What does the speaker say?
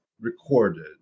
recorded